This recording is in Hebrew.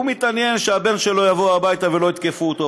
הוא מתעניין שהבן שלו יבוא הביתה ולא יתקפו אותו,